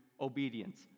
obedience